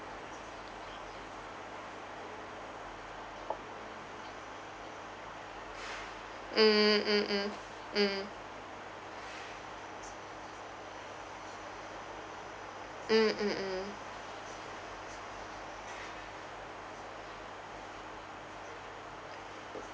mm mm mm mm mm mm